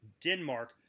Denmark